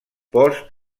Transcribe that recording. post